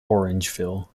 orangeville